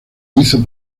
hizo